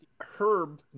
Herb